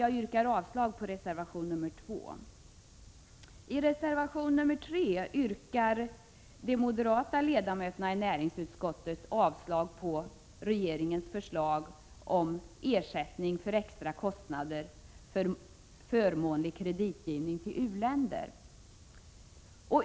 Jag yrkar avslag på reservation 2. I reservation 3 yrkar de moderata ledamöterna i näringsutskottet avslag på regeringens förslag om ersättning för extra kostnader för förmånlig kreditgivning till u-länder.